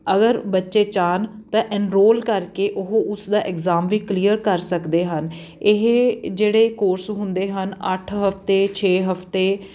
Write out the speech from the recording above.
ਅਗਰ ਬੱਚੇ ਚਾਹੁੰਣ ਤਾਂ ਐਨਰੋਲ ਕਰਕੇ ਉਹ ਉਸਦਾ ਐਗਜ਼ਾਮ ਵੀ ਕਲੀਅਰ ਕਰ ਸਕਦੇ ਹਨ ਇਹ ਜਿਹੜੇ ਕੋਰਸ ਹੁੰਦੇ ਹਨ ਅੱਠ ਹਫਤੇ ਛੇ ਹਫਤੇ